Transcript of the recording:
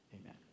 Amen